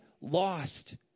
lost